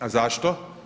A zašto?